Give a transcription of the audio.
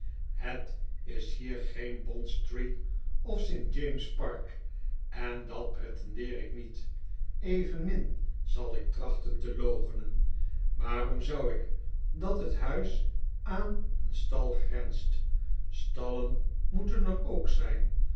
het is hier geen bondstreet of st jamess park en dat pretendeer ik niet evenmin zal ik trachten te loochenen waarom zou ik dat het huis aan een stal grenst stallen moeten er ook zgn